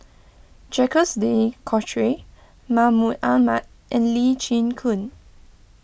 Jacques De Coutre Mahmud Ahmad and Lee Chin Koon